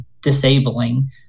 disabling